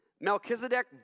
Melchizedek